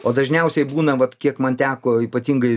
o dažniausiai būna vat kiek man teko ypatingai